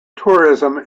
tourism